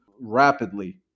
rapidly